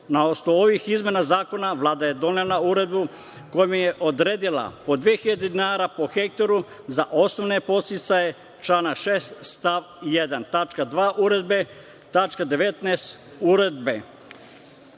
Na osnovu ovih izmena Zakona Vlada je donela uredbu kojom je odredila od 2.000 dinara po hektaru za osnovne podsticaje člana 6.